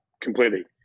completely